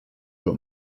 got